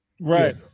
Right